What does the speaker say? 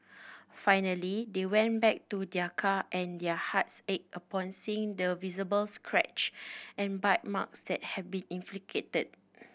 finally they went back to their car and their hearts ached upon seeing the visible scratch and bite marks that had been inflicted